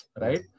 Right